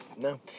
no